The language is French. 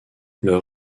leur